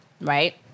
Right